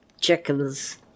chickens